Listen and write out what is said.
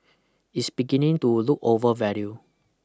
is beginning to look overvalue